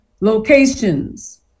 locations